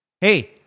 Hey